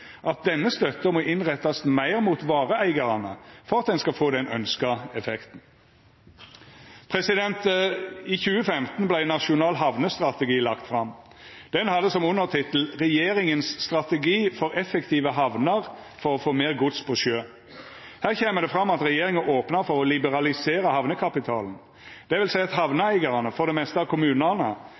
at denne støtta må rettast inn meir mot vareeigarane for at ein skal få den ønskte effekten. I 2015 vart «Nasjonal havnestrategi» lagd fram. Han hadde som undertittel «Regjeringens strategi for effektive havner for å få mer gods på sjø». Her kjem det fram at regjeringa opnar for å liberalisera hamnekapitalen. Det vil seia at hamneeigarane, for det meste kommunane,